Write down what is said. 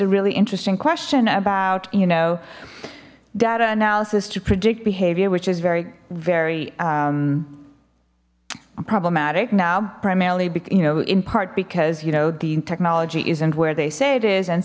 a really interesting question about you know data analysis to predict behavior which is very very problematic now primarily but you know in part because you know the technology isn't where they say it is and